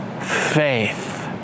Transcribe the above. faith